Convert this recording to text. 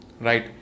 right